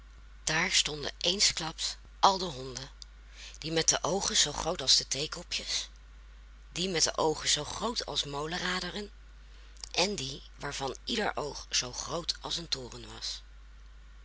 daar stonden eensklaps al de honden die met de oogen zoo groot als theekopjes die met de oogen zoo groot als molenraderen en die waarvan ieder oog zoo groot als een toren was